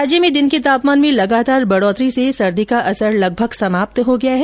राज्य में दिन के तापमान में लगातार बढोतरी से सर्दी का असर लगभग समाप्त हो गया है